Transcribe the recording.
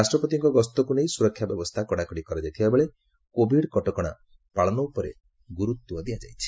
ରାଷ୍ଟ୍ରପତିଙ୍କ ଗସ୍ତକୁ ନେଇ ସୁରକ୍ଷା ବ୍ୟବସ୍ଥା କଡାକଡି କରାଯାଇଥିବାବେଳେ କୋଭିଡ କଟକଣା ପାଳନ ଉପରେ ଗୁରୁତ୍ୱ ଦିଆଯାଇଛି